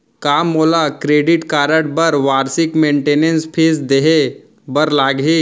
का मोला credit card बर वार्षिक मेंटेनेंस फीस देहे बर लागही?